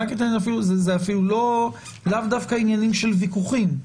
זה לאו דווקא עניינים של ויכוחים.